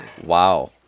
Wow